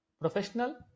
professional